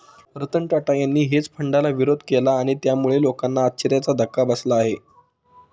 रतन टाटा यांनी हेज फंडाला विरोध केला आणि त्यामुळे लोकांना आश्चर्याचा धक्का बसला आहे